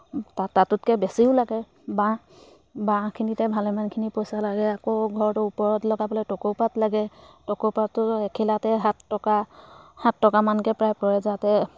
তাত তাতোতকৈ বেছিও লাগে বাঁহ বাঁহখিনিতে ভালেমানখিনি পইচা লাগে আকৌ ঘৰটোৰ ওপৰত লগাবলৈ টকৌপাত লাগে টকৌপাতটো এখিলাতে সাত টকা সাত টকামানকৈ প্ৰায় পৰে যাতে